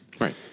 right